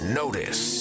notice